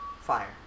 fire